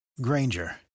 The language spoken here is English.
Granger